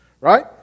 Right